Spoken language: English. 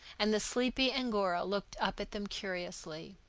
and the sleepy angora looked up at them curiously.